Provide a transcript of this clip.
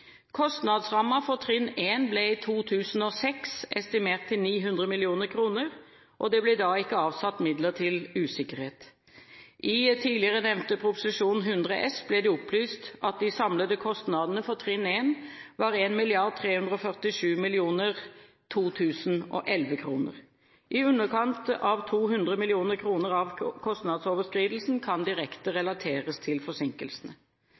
for trinn 1 ble i 2006 estimert til 900 mill. kr, og det ble da ikke avsatt midler til usikkerhet. I tidligere nevnte Prop. 100 S for 2010–2011 ble det opplyst at de samlede kostnadene for trinn 1 var 1,347 mrd. kr i 2011-kroner. I underkant av 200 mill. kr av kostnadsoverskridelsen kan direkte relateres til